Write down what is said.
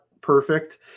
perfect